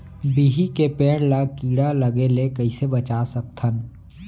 बिही के पेड़ ला कीड़ा लगे ले कइसे बचा सकथन?